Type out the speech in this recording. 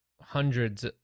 hundreds